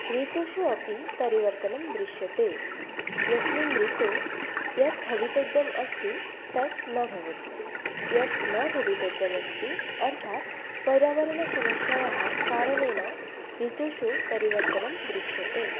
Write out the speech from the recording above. ऋतुषु अपि परिवर्तनं दृश्यते यस्मिन् ऋतौ यत् भवितव्यम् अस्ति तत् न भवति यत् न भवितव्यम् अस्ति अर्थात् पर्यावरणसमस्यायाः कारणेन ऋतुषु परिवर्तनं दृश्यते